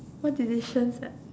what decisions that